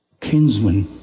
kinsman